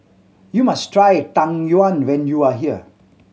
you must try Tang Yuen when you are here